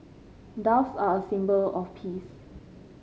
doves are a symbol of peace